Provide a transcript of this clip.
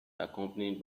accompanied